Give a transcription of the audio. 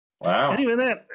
Wow